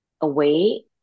away